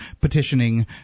petitioning